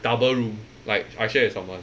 double room like I share with someone